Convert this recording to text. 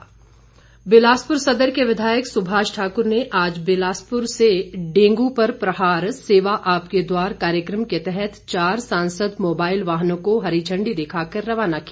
सुभाष ठाकुर बिलासपुर सदर के विधायक सुभाष ठाक्र ने आज बिलासपुर से डेंगू पर प्रहार सेवा आपके द्वार कार्यक्रम के तहत चार सांसद मोबाईल वाहनों को हरी झंडी दिखाकर रवाना किया